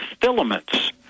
filaments